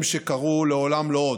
הם שקראו: "לעולם לא עוד".